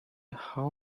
how